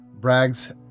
Braggs